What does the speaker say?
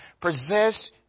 possess